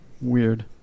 weird